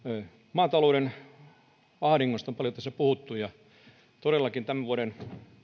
maatalouden ahdingosta on paljon tässä puhuttu todellakin tämän vuoden